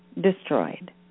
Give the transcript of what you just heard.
destroyed